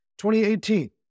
2018